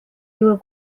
juhul